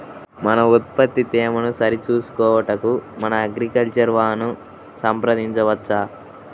మన ఉత్పత్తి తేమను సరిచూచుకొనుటకు మన అగ్రికల్చర్ వా ను సంప్రదించవచ్చా?